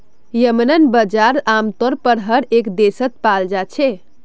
येम्मन बजार आमतौर पर हर एक देशत पाल जा छे